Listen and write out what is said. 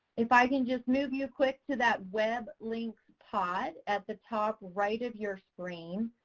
if i could just move you quick to that web link pod at the top right of your screen.